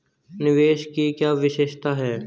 निवेश की क्या विशेषता है?